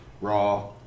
Raw